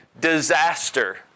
disaster